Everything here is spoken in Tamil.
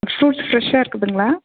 ஃப்ரூட்ஸ் ஃபிரெஷ்ஷாக இருக்குதுங்களா